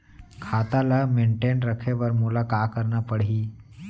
खाता ल मेनटेन रखे बर मोला का करना पड़ही?